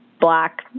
black